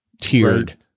tiered